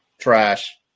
trash